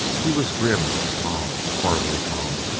he was grim and calm. horribly calm.